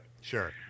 Sure